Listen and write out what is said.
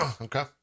Okay